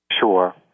sure